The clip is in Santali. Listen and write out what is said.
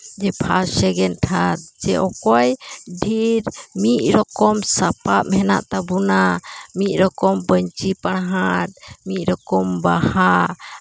ᱯᱷᱟᱥᱴ ᱥᱮᱠᱮᱱᱰ ᱛᱷᱟᱨᱰ ᱡᱮ ᱚᱠᱚᱭ ᱰᱷᱤᱨ ᱢᱤᱫ ᱨᱚᱠᱚᱢ ᱥᱟᱯᱟᱯ ᱦᱮᱱᱟᱜ ᱛᱟᱵᱩᱱᱟ ᱢᱤᱫ ᱨᱚᱠᱚᱢ ᱯᱟᱹᱧᱪᱤ ᱯᱟᱲᱦᱟᱴ ᱢᱤᱫ ᱨᱚᱠᱚᱢ ᱵᱟᱦᱟ